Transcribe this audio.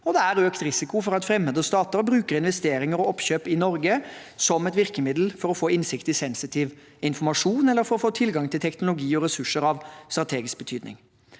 det er økt risiko for at fremmede stater bruker investeringer og oppkjøp i Norge som et virkemiddel for å få innsikt i sensitiv informasjon, eller for å få tilgang til teknologi og ressurser av strategisk betydning.